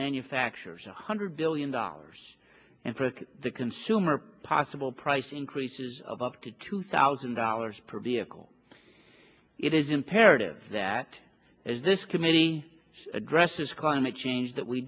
manufacturers one hundred billion dollars and for the consumer possible price increases of up to two thousand dollars per vehicle it is imperative that as this committee addresses climate change that we